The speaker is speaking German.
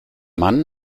mann